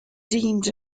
deemed